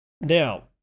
Now